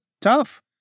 tough